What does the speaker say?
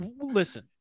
listen